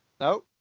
No